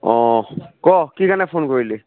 অ' ক কি কাৰণে ফোন কৰিলি